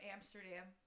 Amsterdam